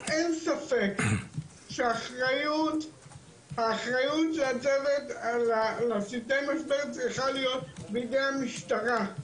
אין ספק שהאחריות של הצוות לצוותי משבר צריכה להיות בידי המשטרה,